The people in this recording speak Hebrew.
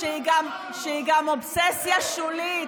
שהיא גם אובססיה שולית.